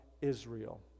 Israel